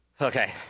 Okay